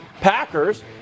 Packers